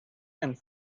and